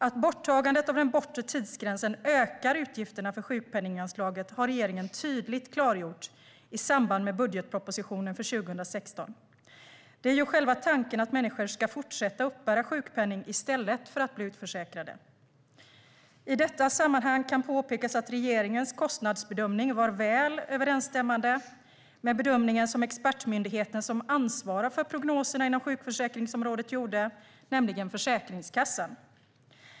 Att borttagandet av den bortre tidsgränsen ökar utgifterna för sjukpenninganslaget har regeringen tydligt klargjort i samband med budgetpropositionen för 2016; det är ju själva tanken att människor ska fortsätta uppbära sjukpenning i stället för att bli utförsäkrade. I detta sammanhang kan påpekas att regeringens kostnadsbedömning var väl överensstämmande med bedömningen som expertmyndigheten som ansvarar för prognoserna inom sjukförsäkringsområdet gjorde, nämligen Försäkringskassan.